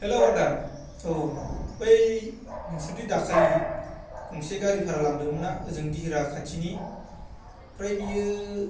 hello आदा औ बै नोंसोरदि दाखालि गंसे गारि भारा लांदोंमोनना ओजों दिहिरा खाथिनि आमफ्राय बेयो